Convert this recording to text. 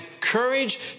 courage